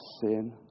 sin